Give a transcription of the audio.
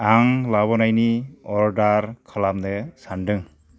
आं लाबोनायनि अरडार खालामनो सानदों